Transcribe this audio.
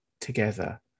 together